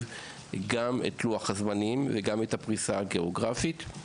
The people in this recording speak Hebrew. גם את לוח הזמנים וגם את הפריסה הגיאוגרפית.